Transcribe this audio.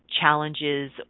challenges